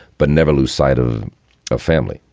but never lose sight of a family,